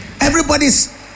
everybody's